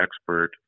expert